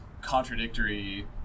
contradictory